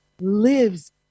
lives